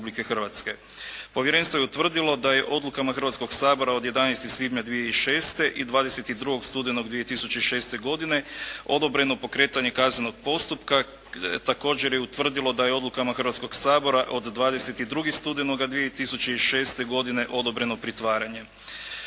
Povjerenstvo je utvrdilo da je odlukama Hrvatskog sabora od 11. svibnja 2006. i 22. studenoga 2006. godine odobreno pokretanje kaznenog postupka. Također je utvrdilo da je odlukama Hrvatskoga sabora od 22. studenoga 2006. godine odobreno pritvaranje.